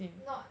not